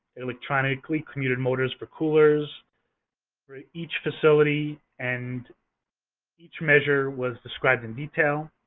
electronically commuted motors for coolers for ah each facility. and each measure was described in detail,